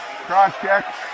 Cross-check